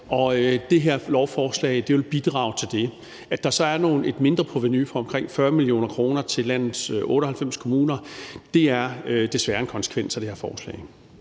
det her lovforslag vil bidrage til det. At der så er et mindreprovenu på omkring 40 mio. kr. til landets 98 kommuner, er desværre en konsekvens af det her forslag.